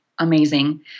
amazing